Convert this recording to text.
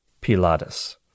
Pilatus